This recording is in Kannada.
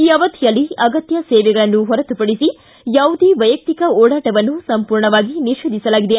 ಈ ಅವಧಿಯಲ್ಲಿ ಅಗತ್ಯ ಸೇವೆಗಳನ್ನು ಹೊರತುಪಡಿಸಿ ಯಾವುದೇ ವೈಯಕ್ತಿಕ ಓಡಾಟವನ್ನು ಸಂಪೂರ್ಣವಾಗಿ ನಿಷೇಧಿಸಲಾಗಿದೆ